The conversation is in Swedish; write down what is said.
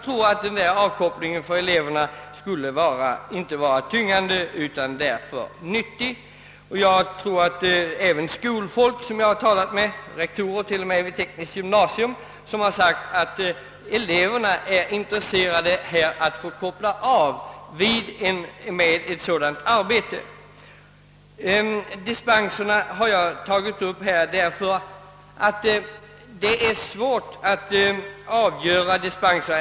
Praktiken verkar enligt min uppfattning inte tyngande för eleverna utan är tvärtom en nyttig avkoppling. Skolfolk som jag talat med — exempelvis rektorer vid tekniskt gymnasium — har förklarat att eleverna är intresserade av att få koppla av med sådant arbete. Att jag aktualiserat dispenserna beror på att det är svårt att avgöra dispensärenden.